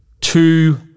two –